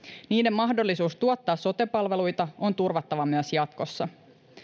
niiden mahdollisuus tuottaa sote palveluita on turvattava myös jatkossa